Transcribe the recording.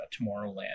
Tomorrowland